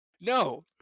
No